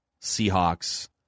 Seahawks